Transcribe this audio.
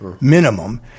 minimum